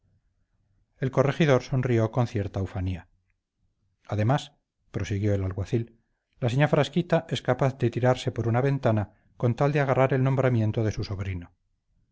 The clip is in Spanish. el corregidor sonrió con cierta ufanía además prosiguió el alguacil la seña frasquita es capaz de tirarse por una ventana con tal de agarrar el nombramiento de su sobrino